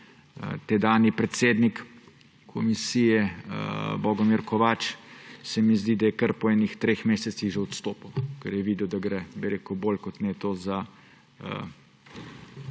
Tedanji predsednik komisije Bogomir Kovač, se mi zdi, je kar po enih treh mesecih že odstopil, ker je videl, da gre bolj kot ne za